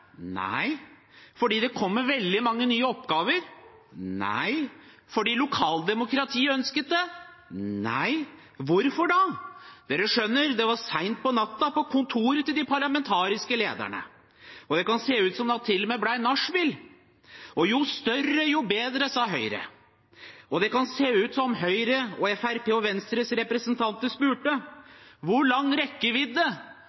Nei. Fordi det kommer veldig mange nye oppgaver? Nei. Fordi lokaldemokratiet ønsket det? Nei. Hvorfor da? Dere skjønner, det var sent på natten på kontoret til de parlamentariske lederne, og det kan se ut til at det til og med ble nachspiel. Jo større, jo bedre, sa Høyre. Og det kan se ut som om Høyre, Fremskrittspartiet og Venstres representanter